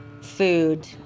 food